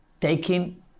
taking